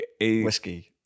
Whiskey